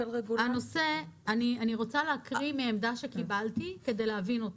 אני רוצה להקריא מעמדה שקיבלתי כדי להבין אותה.